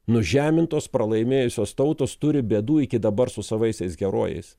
nužemintos pralaimėjusios tautos turi bėdų iki dabar su savaisiais herojais